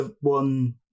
one